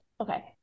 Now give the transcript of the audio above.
okay